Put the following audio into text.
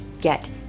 get